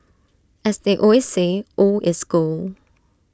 as they always say old is gold